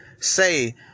say